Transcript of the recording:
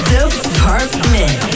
Department